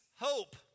hope